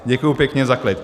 Děkuji pěkně za klid.